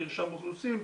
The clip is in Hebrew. מרשם אוכלוסין,